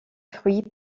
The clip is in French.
fruits